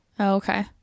okay